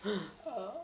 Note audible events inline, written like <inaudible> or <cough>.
<noise> uh